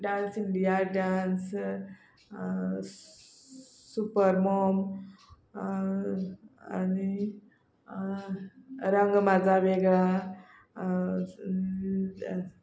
dance India dance super mom आनी रंग माझा वेगळा